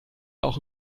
auch